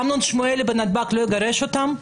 אמנון שמואלי בנתב"ג לא יגרש אותם?